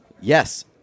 Yes